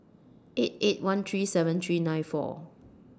eight eight one three seven three nine four